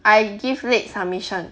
I give late submission